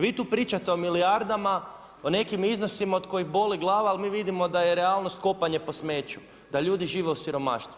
Vi tu pričate o milijardama o nekim iznosima od kojih boli glava ali mi vidimo da je realnost kopanje po smeću, da ljudi žive u siromaštvu.